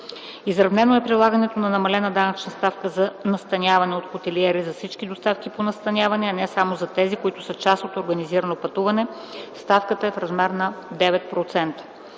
Изравнено е прилагането на намалената данъчна ставка за настаняване от хотелиери за всички доставки по настаняване, а не само за тези, които са част от организирано пътуване. Ставката е в размер на 9